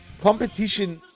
Competition